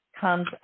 comes